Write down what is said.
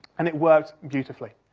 and it worked beautifully.